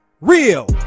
real